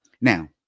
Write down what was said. Now